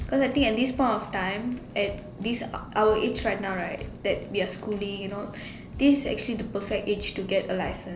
because I think at this point of time at this our age right now right that we are schooling you know this is the perfect age to get a license